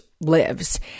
lives